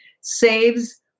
saves